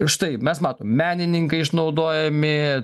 ir štai mes matom menininkai išnaudojami